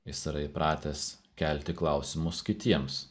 jis yra įpratęs kelti klausimus kitiems